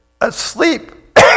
asleep